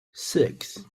six